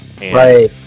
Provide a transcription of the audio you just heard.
Right